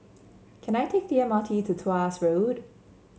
can I take the M R T to Tuas Road